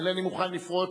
אינני מוכן לפרוץ,